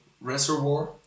reservoir